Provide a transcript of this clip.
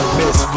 miss